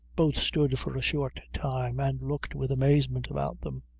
both stood for a short time, and looked with amazement about them.